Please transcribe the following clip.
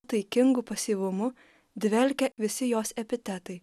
taikingu pasyvumu dvelkia visi jos epitetai